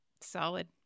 Solid